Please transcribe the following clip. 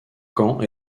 camp